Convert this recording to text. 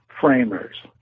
framers